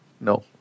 No